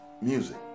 music